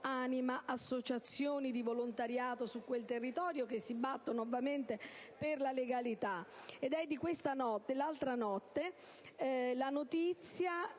anima associazioni di volontariato su quel territorio che si battono ovviamente per la legalità. Ed è dell'altra notte la notizia